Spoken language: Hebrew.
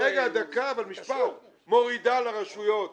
רגע, משפט: מורידה לרשויות.